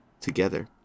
together